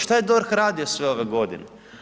Šta je DORH radio sve ove godine?